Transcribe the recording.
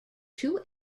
two